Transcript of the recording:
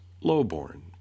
lowborn